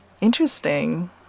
interesting